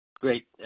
Great